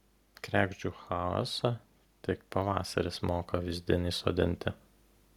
kregždžių chaosą tik pavasaris moka vyzdin įsodinti